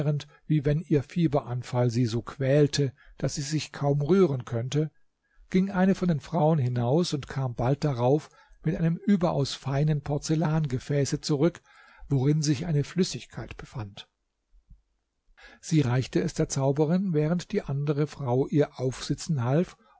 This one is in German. wie wenn ihr fieberanfall sie so quälte daß sie sich kaum rühren könnte ging eine von den frauen hinaus und kam bald darauf mit einem überaus feinen porzellangefäße zurück worin sich eine flüssigkeit befand sie reichte es der zauberin während die andere frau ihr aufsitzen half